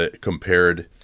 compared